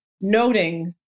noting